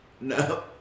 No